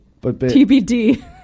TBD